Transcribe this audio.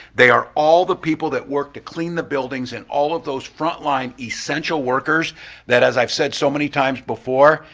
they are all the people that work to clean the buildings and all of those front line essential workers that as i've said so many times before,